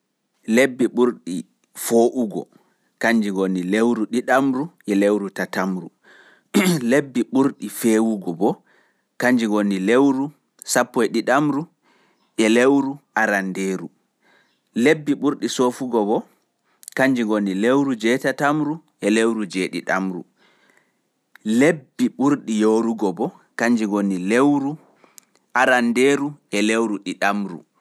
Lebbi ɓurɗi fo'ugo(wulugo) fu kanji ngoni febrairu e maris. Lebbi pewɗi bo kanji ngoni Disamba e janairu, ɓurɗi sofugo bo yuli e agusta, ɓurɗi yorugo bo janairu e febrairu.